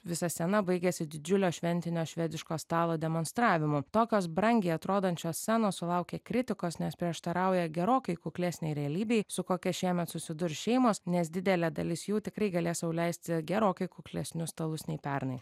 visa scena baigiasi didžiulio šventinio švediško stalo demonstravimu tokios brangiai atrodančios scenos sulaukė kritikos nes prieštarauja gerokai kuklesnei realybei su kokia šiemet susidurs šeimos nes didelė dalis jų tikrai galės sau leisti gerokai kuklesnius stalus nei pernai